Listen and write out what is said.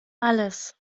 alles